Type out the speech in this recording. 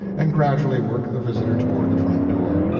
and gradually worked the visitor toward the front door.